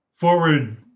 Forward